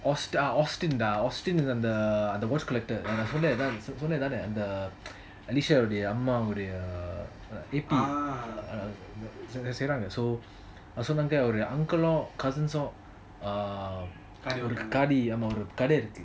austin டா:daa austin the watch collector நான் சொன்ன நான் சொன்னான் தான அந்த:naan sonna naan sonnan thaana antha so Alisha ஓட அம்மா ஓட பேதி சேருங்க சொன்னாங்க:alisha ooda amma ooda paethi seiranga sonanga uncle all cousins all ஒரு கடை இருக்கு:oru kada iruku